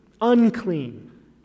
unclean